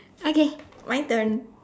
okay my turn